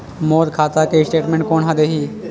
मोर खाता के स्टेटमेंट कोन ह देही?